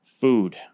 food